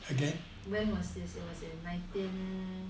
when was this it was in nineteen